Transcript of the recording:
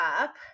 up